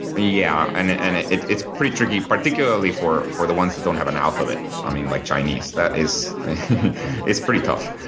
yeah, and and it's pretty tricky particularly for for the ones that don't have an alphabet, i mean, like chinese. that is is pretty tough.